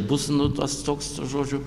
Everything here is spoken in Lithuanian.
bus nu tas toks žodžiu